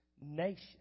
nation